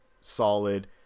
solid